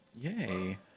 Yay